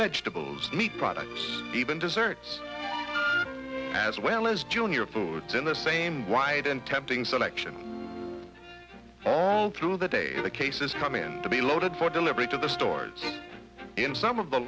vegetables meat products even desserts as well as junior food in the same wide and tempting selection all through the day the cases come in to be loaded for delivery to the stores in some of the